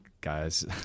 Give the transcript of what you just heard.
guys